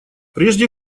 прежде